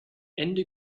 ende